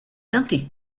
teintées